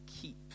keep